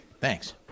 Thanks